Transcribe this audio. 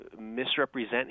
misrepresent